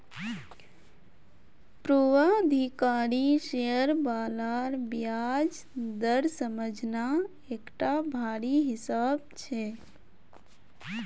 पूर्वाधिकारी शेयर बालार ब्याज दर समझना एकटा भारी हिसाब छै